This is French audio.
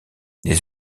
les